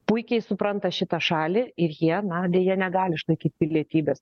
puikiai supranta šitą šalį ir jie na deja negali išlaikyt pilietybės